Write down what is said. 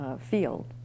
Field